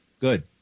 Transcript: Good